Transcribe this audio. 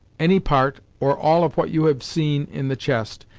any part, or all of what you have seen in the chest,